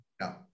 No